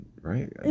right